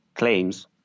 Claims